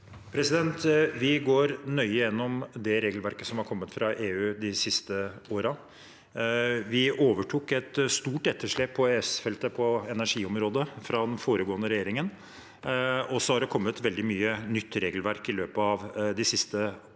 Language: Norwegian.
Vi går nøye gjen- nom regelverket som har kommet fra EU de siste årene. Vi overtok et stort etterslep på EØS-feltet innen energiområdet fra den foregående regjeringen, og det har kommet veldig mye nytt regelverk i løpet av de siste årene